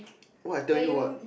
what I tell you what